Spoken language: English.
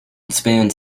spoons